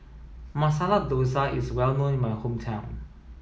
Masala Dosa is well known in my hometown